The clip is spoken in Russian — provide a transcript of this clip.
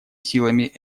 силами